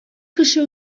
кеше